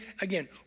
Again